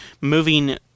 moving